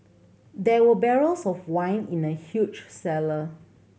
there were barrels of wine in the huge cellar